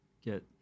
get